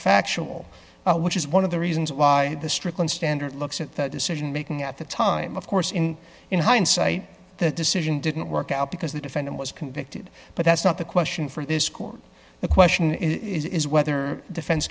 counterfactual which is one of the reasons why the strickland standard looks at the decision making at the time of course in in hindsight that decision didn't work out because the defendant was convicted but that's not the question for this court the question is whether the defense